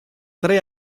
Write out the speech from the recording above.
tre